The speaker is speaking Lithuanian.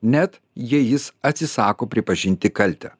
net jei jis atsisako pripažinti kaltę